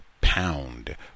pound